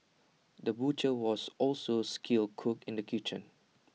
the butcher was also A skilled cook in the kitchen